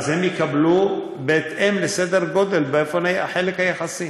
הן יקבלו בהתאם לסדר הגודל, לחלק היחסי.